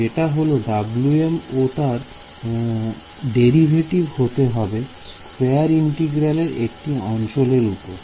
যেটা হলো Wm ও তার ডেরিভেটিভ হতে হবে স্কয়ার ইন্টিগ্রাবেল একটি অঞ্চলের উপর